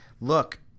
look